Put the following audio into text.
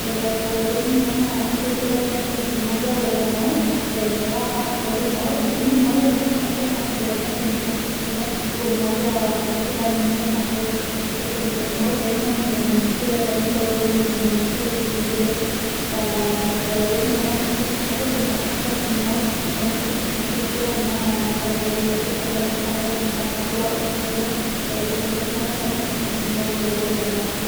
لو خيروني أن انا عندي القدره اتحكم في المايه ولا النار بصراخع هختار النار لأن المايه بحس أن اي حد ممكن يتحكم فيها و المايه حاجه كدا ملموسة عادي لاكن النار دايما كدا غريبه ودايما ملفته للإنتباه ف لو خيروني أن انا اتحكم في حاجه كنت هتحكم في النار كمان كنت هتحكم فيها انها مثلا أن لو في حاجه مشتعله كنت ههديها واطفيها ف كنت اتمني ان انا اتحكم في النار جدا يعني